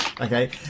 okay